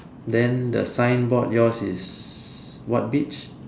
then the sign board yours is what beach